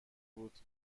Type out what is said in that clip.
بود